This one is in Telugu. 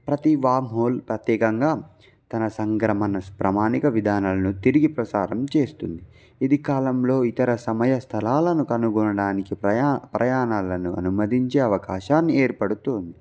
ప్రతి వర్మ్హోల్ ప్రత్యేకంగా తన సంక్రమణ ప్రమాణిక విధానాలను తిరిగి ప్రసారం చేస్తుంది ఇది కాలంలో ఇతర సమయ స్థలాలను కనుగొనడానికి ప్రయా ప్రయాణాలను అనుమతించే అవకాశాన్ని ఏర్పరుస్తుంది